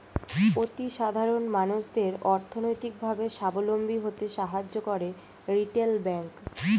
অতি সাধারণ মানুষদের অর্থনৈতিক ভাবে সাবলম্বী হতে সাহায্য করে রিটেল ব্যাংক